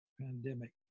pandemic